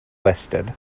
listed